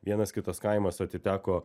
vienas kitas kaimas atiteko